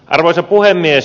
arvoisa puhemies